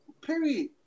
Period